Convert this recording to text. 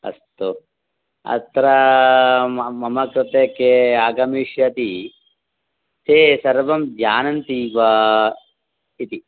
अस्तु अत्र म मम कृते के आगमिष्यति ते सर्वं जानन्ति वा इति